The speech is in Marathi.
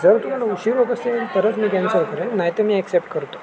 जर तुम्हाला उशीर होत असेल तरच मी कॅन्सल करेल नाही तर मी ॲक्सेप्ट करतो